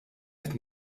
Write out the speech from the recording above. qed